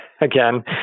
again